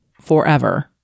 forever